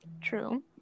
True